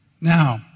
Now